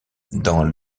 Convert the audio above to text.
dans